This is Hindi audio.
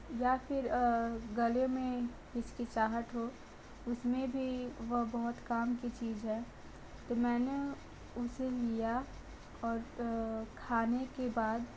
या फिर गले में हिचकिचाहट हो उस में भी वह बहुत काम की चीज़ है तो मैंने उसे लिया और खाने के बाद